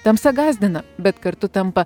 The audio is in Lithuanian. tamsa gąsdina bet kartu tampa